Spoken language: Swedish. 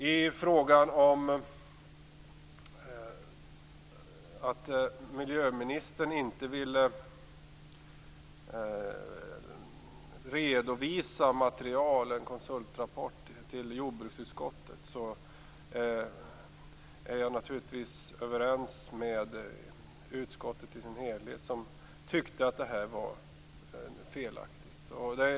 I frågan om att miljöministern inte ville redovisa en konsultrapport till jordbruksutskottet är jag överens med utskottet i dess helhet. Det var felaktigt.